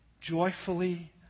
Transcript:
joyfully